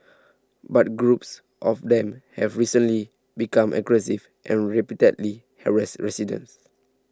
but groups of them have recently become aggressive and repeatedly harassed residents